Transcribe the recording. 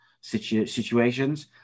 situations